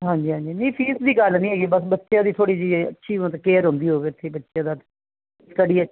ਹਾਂਜੀ ਹਾਂਜੀ ਨਹੀਂ ਫੀਸ ਦੀ ਗੱਲ ਨੀ ਹੈਗੀ ਬਸ ਬੱਚਿਆਂ ਦੀ ਥੋੜੀ ਜੀ ਇਹ ਅੱਛੀ ਮਤਲਬ ਕੇਅਰ ਹੁੰਦੀ ਹੋਵੇ ਉੱਥੇ ਬੱਚਿਆਂ ਨਾਲ ਸਟਡੀ ਅੱਛ